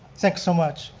thanks so much.